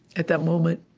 at that moment,